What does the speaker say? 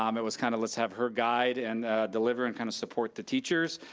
um it was kind of let's have her guide and deliver and kind of support the teachers,